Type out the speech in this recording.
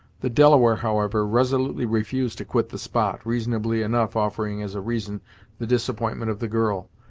the delaware, however, resolutely refused to quit the spot, reasonably enough offering as a reason the disappointment of the girl,